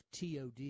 TOD